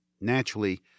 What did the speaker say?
naturally